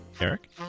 eric